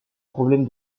problème